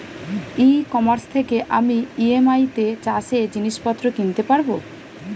ই commerce থেকে আমি EMI তে চাষে জিনিসপত্র কিনতে পারব?